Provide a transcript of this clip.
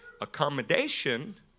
accommodation